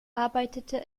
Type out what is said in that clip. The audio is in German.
arbeitete